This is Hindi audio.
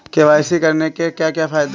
के.वाई.सी करने के क्या क्या फायदे हैं?